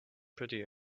pretty